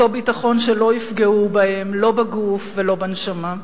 אותו ביטחון שלא יפגעו בהן, לא בגוף ולא בנשמה.